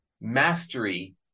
mastery